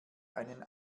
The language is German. einen